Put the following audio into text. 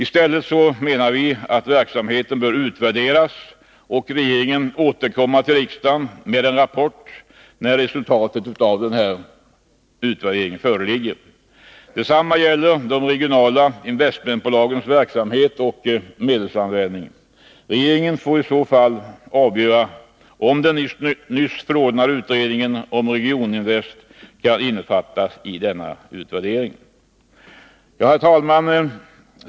I stället bör enligt vår mening verksamheten utvärderas och regeringen återkomma till riksdagen med en rapport, när resultatet av denna utvärdering föreligger. Detsamma gäller de regionala investmentbolagens verksamhet och medelsanvändning. Regeringen får avgöra om den nyss förordade utredningen om Regioninvest kan omfatta denna utvärdering. Herr talman!